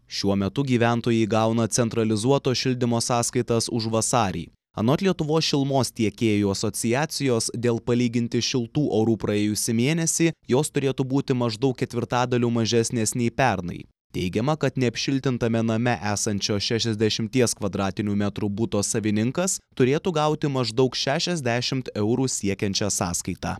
šiuo metu gyventojai gauna centralizuoto šildymo sąskaitas už vasarį anot lietuvos šilumos tiekėjų asociacijos dėl palyginti šiltų orų praėjusį mėnesį jos turėtų būti maždaug ketvirtadaliu mažesnės nei pernai teigiama kad neapšiltintame name esančio šešiasdešimties kvadratinių metrų buto savininkas turėtų gauti maždaug šešiasdešimt eurų siekiančią sąskaitą